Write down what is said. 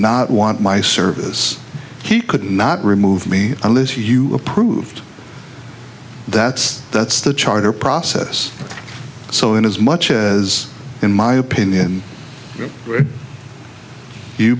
not want my service he could not remove me unless you approved that's that's the charter process so in as much as in my opinion you